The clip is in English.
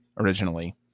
originally